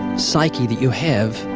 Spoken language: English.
psyche that you have,